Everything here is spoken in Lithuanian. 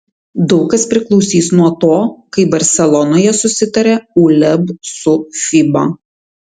daug kas priklausys nuo to kaip barselonoje susitarė uleb su fiba